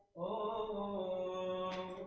o.